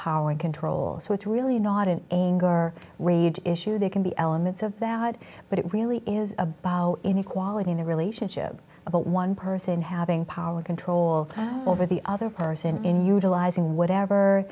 power and control so it's really not an anger or rage issue they can be elements of bad but it really is about inequality in the relationship about one person having power control over the other person in utilizing whatever